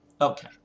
okay